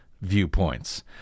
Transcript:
viewpoints